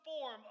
form